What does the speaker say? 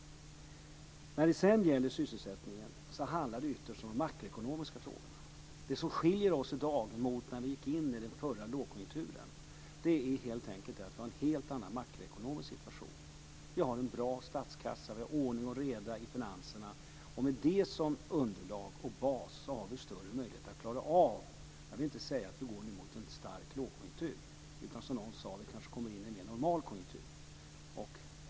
När det sedan gäller sysselsättningen handlar det ytterst om de makroekonomiska frågorna. Skillnaden i dag mot när vi gick in i den förra lågkonjunkturen är helt enkelt att vi har en helt annan makroekonomisk situation. Vi har en bra statskassa. Vi har ordning och reda i finanserna. Med det som underlag och bas har vi större möjlighet att klara av att vi går mot, jag vill inte kalla det en stark lågkonjunktur, men, som någon sade, vi kanske kommer in i en mer normal konjunktur.